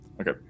Okay